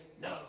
no